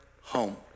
home